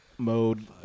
Mode